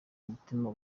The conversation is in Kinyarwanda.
umutima